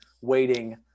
waiting –